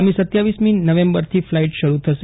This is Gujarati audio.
આગામી રહમી નવેમ્બરથી ફ્લાઇટ શરૂ થશે